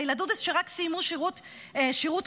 הילדודס שרק סיימו שירות חובה,